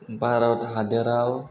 भारत हादराव